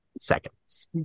seconds